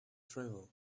travel